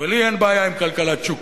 ולי אין בעיה עם כלכלת שוק,